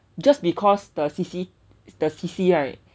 just because the C_C the C_C right